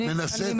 אני מנסה,